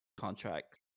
Contracts